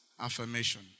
affirmation